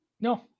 No